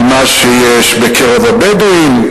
על מה שיש בקרב הבדואים?